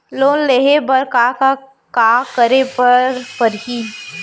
Loan लेहे बर का का का करे बर परहि?